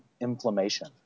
inflammation